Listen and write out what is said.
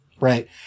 right